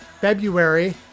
February